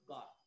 God